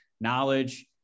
knowledge